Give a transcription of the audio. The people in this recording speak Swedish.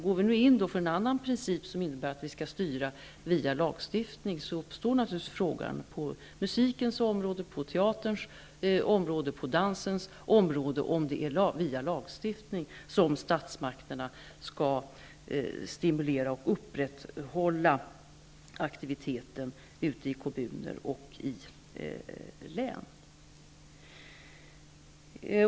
Går vi in för en princip som innebär att vi skall styra via lagstiftning, uppstår naturligtvis frågan på musikens område, på teaterns område och på dansens område om det är via lagstiftning som statsmakterna skall stimulera och upprätthålla aktiviteten i kommuner och län.